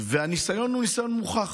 והניסיון הוא ניסיון מוכח.